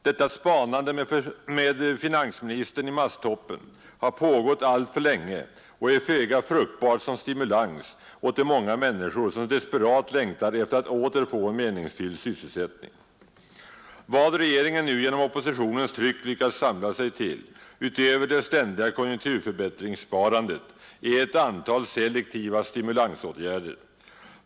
Detta spanande med finansministern i masttoppen har pågått alltför länge och är föga fruktbart som stimulans åt de många människor som desperat längtar efter att åter få en meningsfylld sysselsättning. Vad regeringen nu genom oppositionens tryck lyckats samla sig till utöver det ständiga konjunkturförbättringsspanandet är ett antal selektiva stimulansåtgärder.